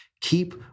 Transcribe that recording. Keep